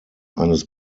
eines